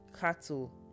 cattle